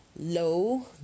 Low